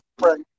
Right